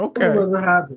okay